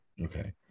Okay